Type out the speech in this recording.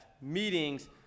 meetings